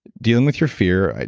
dealing with your fear,